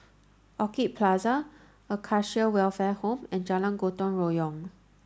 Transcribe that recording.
Orchid Plaza Acacia Welfare Home and Jalan Gotong Royong